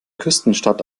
küstenstadt